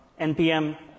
npm